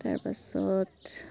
তাৰপাছত